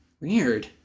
Weird